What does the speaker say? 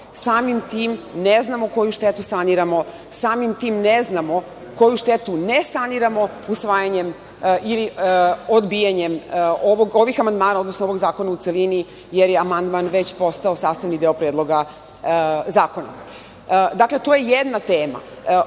samim tim, ne znamo koju štetu saniramo, samim tim, ne znamo koju štetu ne saniramo usvajanjem ili odbijanjem ovih amandmana, odnosno ovog zakona u celini, jer je amandman već postao sastavni deo Predloga zakona. Dakle, to je jedna tema.